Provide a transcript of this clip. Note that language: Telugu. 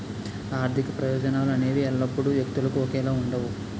ఆర్థిక ప్రయోజనాలు అనేవి ఎల్లప్పుడూ వ్యక్తులకు ఒకేలా ఉండవు